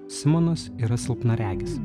simonas yra silpnaregis